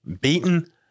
beaten